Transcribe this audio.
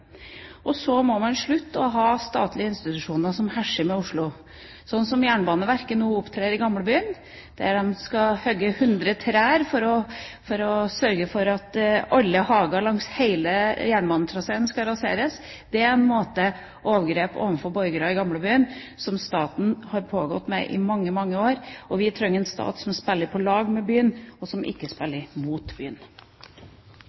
Så må man slutte å ha statlige institusjoner som herser med Oslo, slik som Jernbaneverket nå opptrer i Gamlebyen. De skal hugge hundre trær, noe som sørger for at alle hager langs hele jernbanetraséen raseres. Det er en type overgrep overfor borgerne i Gamlebyen som har pågått fra staten i mange, mange år. Vi trenger en stat som spiller på lag med byen, og som ikke